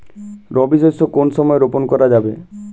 রবি শস্য কোন সময় রোপন করা যাবে?